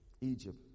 Egypt